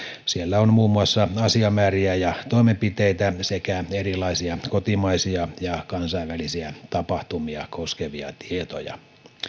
siellä on muun muassa asiamääriä ja toimenpiteitä sekä erilaisia kotimaisia ja kansainvälisiä tapahtumia koskevia tietoja